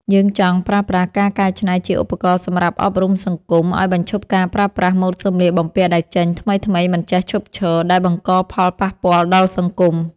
យើងចង់ប្រើប្រាស់ការកែច្នៃជាឧបករណ៍សម្រាប់អប់រំសង្គមឱ្យបញ្ឈប់ការប្រើប្រាស់ ម៉ូដសម្លៀកបំពាក់ដែលចេញថ្មីៗមិនចេះឈប់ឈរ ដែលបង្កផលប៉ះពាល់ដល់សង្គម។